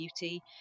Beauty